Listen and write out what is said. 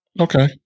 Okay